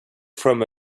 from